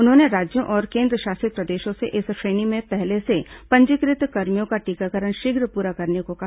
उन्होंने राज्यों और केंद्रशासित प्रदेशों से इस श्रेणी में पहले से पंजीकृत कर्मियों का टीकाकरण शीघ्र पूरा करने को कहा